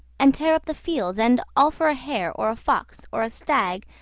and tear up the fields, and all for a hare or a fox, or a stag,